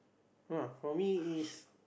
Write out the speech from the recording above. !wah! for me is